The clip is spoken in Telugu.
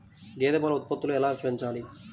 గేదె పాల ఉత్పత్తులు ఎలా పెంచాలి?